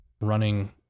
running